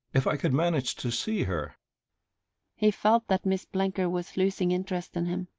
if i could manage to see her he felt that miss blenker was losing interest in him,